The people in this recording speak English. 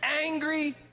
angry